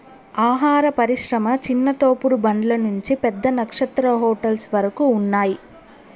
ఆహార పరిశ్రమ చిన్న తోపుడు బండ్ల నుంచి పెద్ద నక్షత్ర హోటల్స్ వరకు ఉన్నాయ్